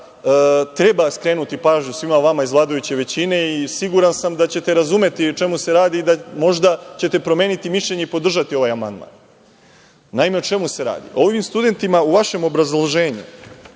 treba skrenuti pažnju svima vama iz vladajuće većine i siguran sam da ćete razumeti o čemu se radi i da možda ćete promeniti mišljenje i podržati ovaj amandman. Naime, o čemu se radi? Ovim studentima u vašem obrazloženju,